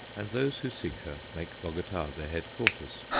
and those who seek her make bogota their headquarters.